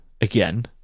again